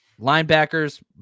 Linebackers